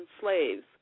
slaves